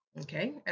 okay